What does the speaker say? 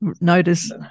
notice